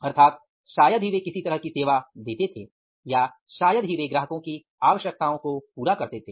अर्थात शायद ही वे किसी तरह की सेवा देते थे या शायद ही वे ग्राहकों की आवश्यकताओं को पूरा करते थे